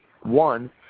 one